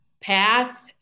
path